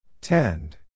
Tend